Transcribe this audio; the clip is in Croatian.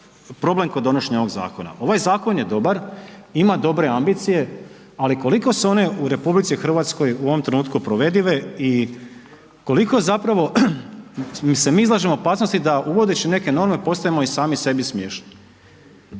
problem kod donošenja ovog zakona? Ovaj zakon je dobar, ima dobre ambicije, ali koliko su one u RH u ovom trenutku provedive i koliko zapravo mi se izlažemo opasnosti da uvodeći neke norme postajemo i sami sebi smiješni.